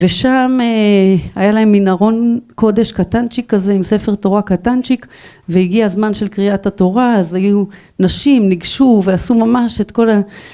ושם היה להם מן ארון קודש קטנצ׳יק כזה עם ספר תורה קטנצ׳יק והגיע הזמן של קריאת התורה אז היו נשים ניגשו ועשו ממש את כל ה...